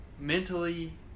mentally